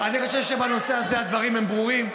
אני חושב שבנושא הזה הדברים הם ברורים.